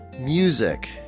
music